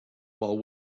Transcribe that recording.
while